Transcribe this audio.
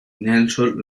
nelson